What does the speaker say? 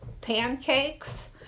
pancakes